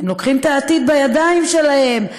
הם לוקחים את העתיד בידיים שלהם.